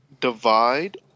Divide